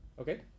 Okay